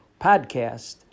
podcast